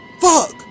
Fuck